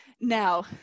Now